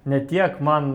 ne tiek man